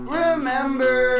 remember